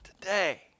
Today